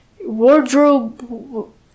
wardrobe